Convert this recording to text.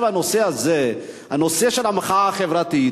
הנה המחאה החברתית.